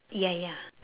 ya ya